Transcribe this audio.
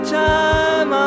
time